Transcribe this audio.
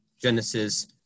Genesis